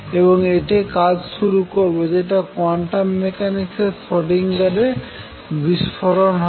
এবং এটি দিয়ে কাজ শুরু করবো যেটা কোয়ান্টাম মেকানিক্সে শ্রোডিংগার বিস্ফোরণ হবে